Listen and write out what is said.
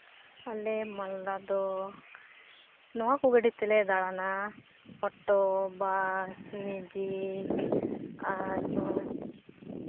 ᱟᱞᱮ ᱢᱟᱞᱫᱟ ᱫᱚ ᱱᱚᱣᱟ ᱠᱚ ᱜᱟᱹᱰᱤ ᱛᱮᱞᱮ ᱫᱟᱲᱟᱱᱟ ᱚᱴᱳ ᱵᱟᱥ ᱢᱮᱡᱤᱠ ᱟᱨ ᱦᱚᱸ